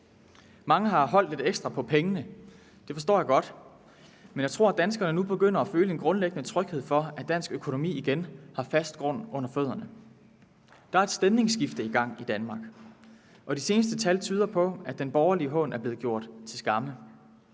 Mange har holdt lidt ekstra på pengene, og det forstår jeg godt. Men jeg tror, danskerne nu begynder at føle en grundlæggende tryghed ved, at dansk økonomi igen har fast grund under fødderne. Der er et stemningsskifte i gang i Danmark, og de seneste tal tyder på, at den borgerlige hån er blevet gjort til skamme.